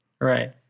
Right